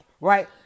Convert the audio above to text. Right